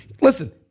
listen